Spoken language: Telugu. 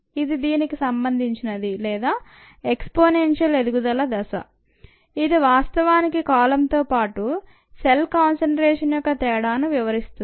ఇది దీనికి సంబంధించిన ది లేదా ఎక్స్పోనెన్షియల్ ఎదుగుదల దశ ఇది వాస్తవానికి కాలంతో పాటు సెల్ కాన్సంట్రేషన్ యొక్క తేడాను వివరిస్తుంది